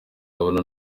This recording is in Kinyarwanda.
babona